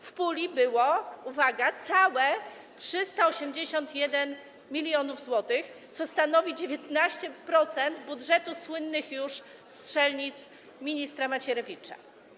W puli było - uwaga - całe 381 mln zł, co stanowi 19% budżetu słynnych już strzelnic ministra Macierewicza.